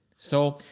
so,